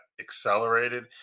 accelerated